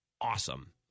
awesome